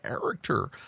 character